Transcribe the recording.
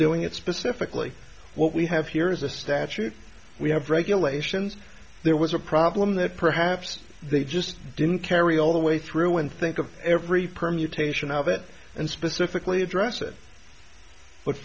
doing it specifically what we have here is a statute we have regulations there was a problem that perhaps they just didn't carry all the way through and think of every permutation of it and specifically address it but